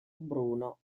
bruno